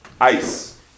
ice